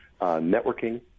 networking